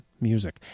music